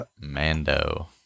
Mando